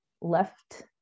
left